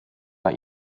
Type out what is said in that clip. bei